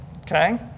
Okay